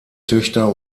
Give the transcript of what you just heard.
töchter